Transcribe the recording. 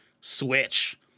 switch